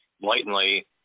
blatantly